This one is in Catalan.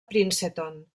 princeton